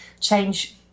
change